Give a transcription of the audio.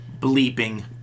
bleeping